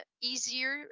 easier